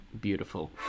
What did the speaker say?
beautiful